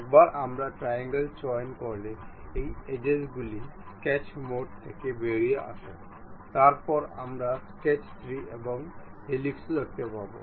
একবার আমরা ট্রায়াঙ্গল চয়ন করলে এই এজেস গুলি স্কেচ মোড থেকে বেরিয়ে আসে তারপরে আমরা স্কেচ 3 এবং হেলিক্সও দেখতে পাব